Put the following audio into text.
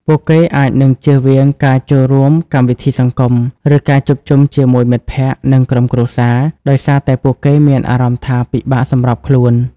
ពួកគេអាចនឹងជៀសវាងការចូលរួមកម្មវិធីសង្គម ឬការជួបជុំជាមួយមិត្តភក្តិ និងក្រុមគ្រួសារ ដោយសារតែពួកគេមានអារម្មណ៍ថាពិបាកសម្របខ្លួន។